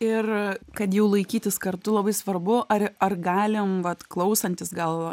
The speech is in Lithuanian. ir kad jau laikytis kartu labai svarbu ar ar galim vat klausantis gal